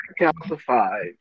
calcified